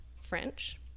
French